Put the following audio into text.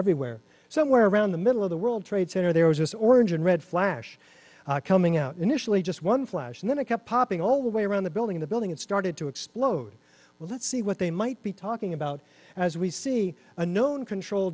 everywhere somewhere around the middle of the world trade center there was this orange and red flash coming out initially just one flash and then a cup popping all the way around the building the building it started to explode well let's see what they might be talking about as we see a known control